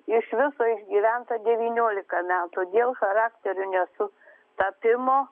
iš viso išgyventa devyniolika metų todėl charakteriu nesu tapimo